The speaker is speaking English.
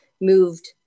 moved